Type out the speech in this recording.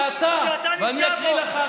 שאתה נמצא בו.